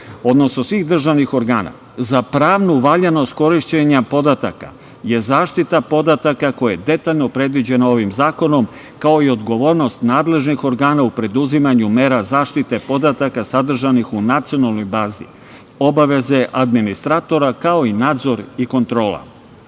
odnosno svih državnih organa, za pravnu valjanost korišćenja podataka je zaštita podataka koja je detaljno predviđena ovim zakonom, kao i odgovornost nadležnih organa u preduzimanju mera zaštite podataka sadržanih u nacionalnoj bazi, obaveze administratora, kao i nadzor i kontrola. Ubeđeni